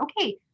okay